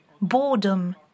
Boredom